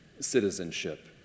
citizenship